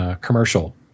commercial